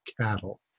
cattle